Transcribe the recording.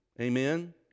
Amen